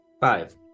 Five